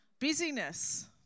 busyness